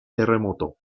terremoto